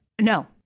No